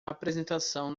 apresentação